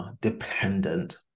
dependent